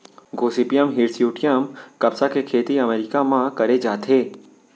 Gossypium hirsutum कपसा के खेती अमेरिका म करे जाथे